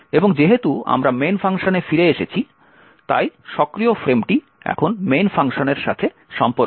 এবং যেহেতু আমরা main ফাংশনে ফিরে এসেছি তাই সক্রিয় ফ্রেমটি এখন main ফাংশনের সাথে সম্পর্কিত